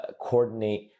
coordinate